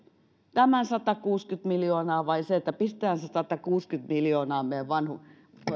tämän satakuusikymmentä miljoonaa vai sen että pistetään se satakuusikymmentä miljoonaa meidän